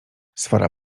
sfora